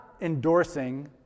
endorsing